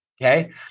Okay